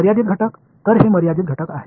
मर्यादित घटक तर हे मर्यादित घटक आहे